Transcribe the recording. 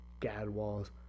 gadwalls